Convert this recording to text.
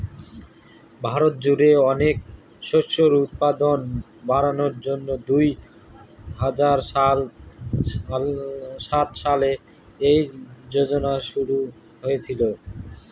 ভারত জুড়ে অনেক শস্যের উৎপাদন বাড়ানোর জন্যে দুই হাজার সাত সালে এই যোজনা শুরু হয়েছিল